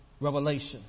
revelation